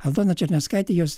aldona černiauskaitė jos